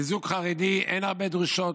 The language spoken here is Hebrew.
לזוג חרדי אין הרבה דרישות.